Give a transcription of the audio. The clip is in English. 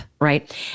Right